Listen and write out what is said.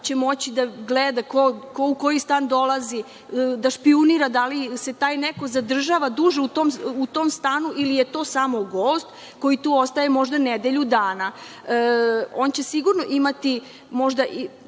će moći da gleda ko u koji stan dolazi, da špijunira da li se taj neko zadržava duže u tom stanu ili je to samo gost koji tu ostaje možda nedelju dana. To smo možda